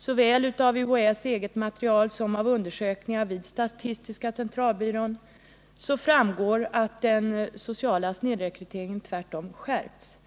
Såväl av UHÄ:s eget material som av undersökningar vid statistiska centralbyrån framgår att den sociala snedrekryteringen tvärtom skärpts,